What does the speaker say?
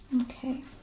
Okay